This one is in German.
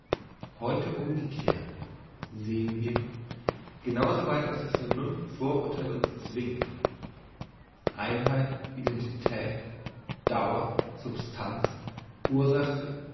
heute umgekehrt sehen wir genau so weit als das vernunft vorurtheil uns zwingt einheit identität dauer substanz ursache